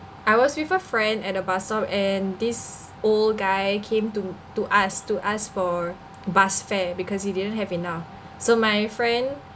I was with a friend at a bus stop and this old guy came to to us to ask for bus fare because he didn't have enough so my friend